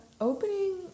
opening